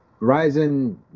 Ryzen